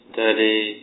study